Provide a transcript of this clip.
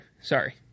Sorry